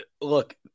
look